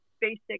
basic